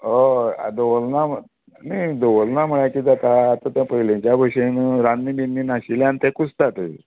हय दोवरना म्हूण न्ही दोवरना म्हणल्यार कितें जाता आतां तें पयलींच्या बशेन रान्नी बिन्नी नाशिल्यान तें कुसतात